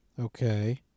Okay